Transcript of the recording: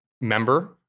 member